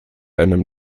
einem